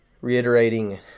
reiterating